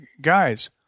guys